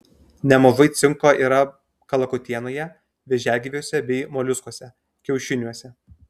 nemažai cinko yra kalakutienoje vėžiagyviuose bei moliuskuose kiaušiniuose